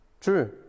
True